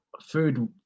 Food